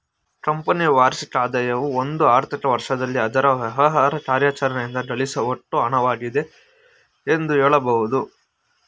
ಕಂಪನಿಯ ವಾರ್ಷಿಕ ಆದಾಯವು ಒಂದು ಆರ್ಥಿಕ ವರ್ಷದಲ್ಲಿ ಅದ್ರ ವ್ಯವಹಾರ ಕಾರ್ಯಾಚರಣೆಯಿಂದ ಗಳಿಸುವ ಒಟ್ಟು ಹಣವಾಗಿದೆ ಎಂದು ಹೇಳಬಹುದು